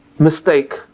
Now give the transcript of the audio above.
mistake